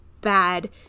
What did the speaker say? bad